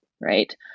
right